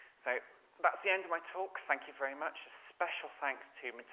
so that's the end of my talk, thank you very much. special thanks to